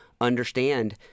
understand